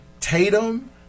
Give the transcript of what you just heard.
Tatum